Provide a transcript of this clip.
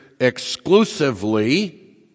exclusively